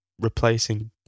replacing